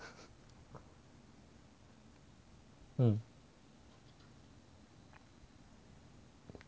嗯